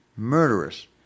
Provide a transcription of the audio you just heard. murderous